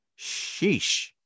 Sheesh